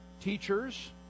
teachers